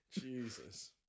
Jesus